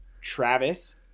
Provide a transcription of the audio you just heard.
Travis